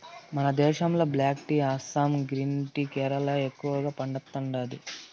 మన దేశంలో black tea Assam green tea Kerala ఎక్కువగా పండతాండాది